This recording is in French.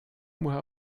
moi